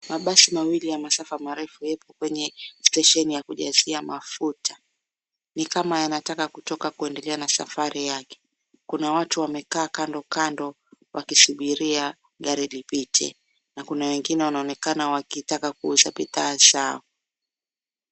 Mabasi mawili ya masafa marefu yako kwenye stesheni ya kujazia mafuta ni kama yanataka kutoka kuendelea na safari yake. Kuna watu wamekaa kando kando wakisubiria gari lipite na kuna wengine wanaonekana wakitaka kuuza bidhaa zao.